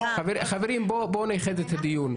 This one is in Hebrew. בואו נייחד את הדיון,